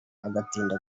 agatinda